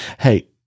Hey